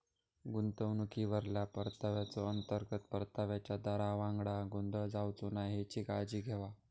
गुंतवणुकीवरल्या परताव्याचो, अंतर्गत परताव्याच्या दरावांगडा गोंधळ जावचो नाय हेची काळजी घेवा